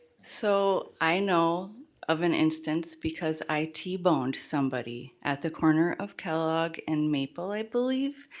so, i know of an instance because i t-boned somebody at the corner of kellogg and maple, i believe.